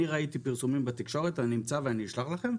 אני ראיתי פרסומים בתקשורת, אני אמצא ואשלח לכם,